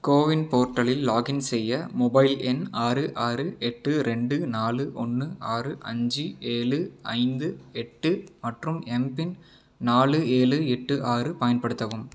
CoWIN போர்ட்டலில் login செய்ய mobile எண் ஆறு ஆறு எட்டு ரெண்டு நாலு ஒன்று ஆறு அஞ்சு ஏழு ஐந்து எட்டு மற்றும் எம்பின் நாலு ஏழு எட்டு ஆறு பயன்படுத்தவும்